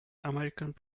americans